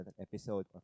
episode